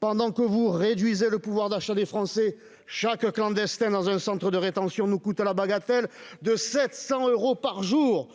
pendant que vous réduisez le pouvoir d'achat des Français chaque clandestin dans un centre de rétention nous coûte la bagatelle de 700 euros par jour